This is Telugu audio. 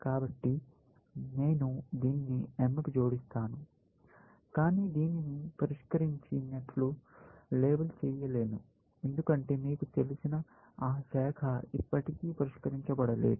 కాబట్టి నేను దీన్ని m కి జోడిస్తాను కానీ దీనిని పరిష్కరించి నట్లు లేబుల్ చేయలేను ఎందుకంటే మీకు తెలిసిన ఆ శాఖ ఇప్పటికీ పరిష్కరించబడలేదు